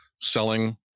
selling